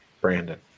Brandon